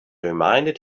reminded